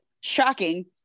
Shocking